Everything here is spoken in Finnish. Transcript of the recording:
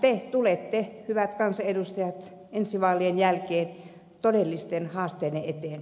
te tulette hyvät kansanedustajat ensi vaalien jälkeen todellisten haasteiden eteen